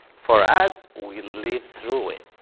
for us, we live through it.